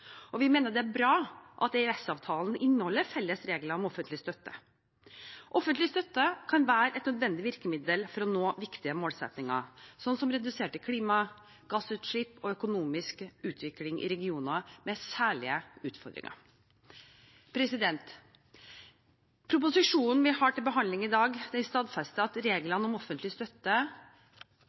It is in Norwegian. og vi mener det er bra at EØS-avtalen inneholder felles regler om offentlig støtte. Offentlig støtte kan være et nødvendig virkemiddel for å nå viktige målsettinger, slik som reduserte klimagassutslipp og økonomisk utvikling i regioner med særlige utfordringer. Proposisjonen vi har til behandling i dag, stadfester at reglene om offentlig støtte